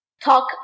talk